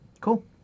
cool